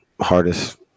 hardest –